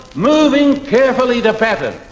moving carefully to pattern,